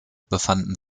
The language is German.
befanden